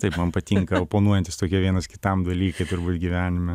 taip man patinka oponuojantys tokie vienas kitam dalykai turbūt gyvenime